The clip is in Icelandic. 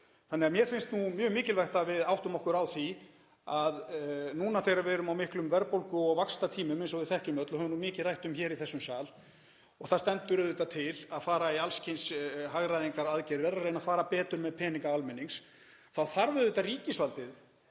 2021. Mér finnst mjög mikilvægt að við áttum okkur á því að núna þegar við erum á miklum verðbólgu- og vaxtatímum, eins og við þekkjum öll og höfum mikið rætt um hér í þessum sal, og það stendur til að fara í alls kyns hagræðingaraðgerðir og það verður að reyna að fara betur með peninga almennings, þarf ríkisvaldið